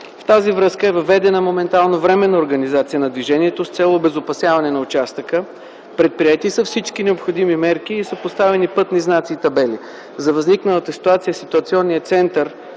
В тази връзка моментално е въведена временна организация на движението с цел обезопасяване на участъка. Предприети са всички необходими мерки и са поставени пътни знаци и табели. За възникналата ситуация ситуационният център